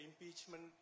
impeachment